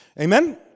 Amen